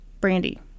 Brandy